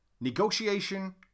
Negotiation